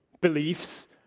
beliefs